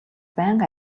байнга